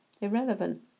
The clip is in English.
irrelevant